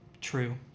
true